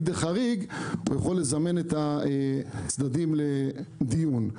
דחריג הוא יכול לזמן את הצדדים לדיון.